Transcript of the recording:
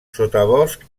sotabosc